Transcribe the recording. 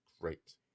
great